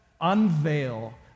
unveil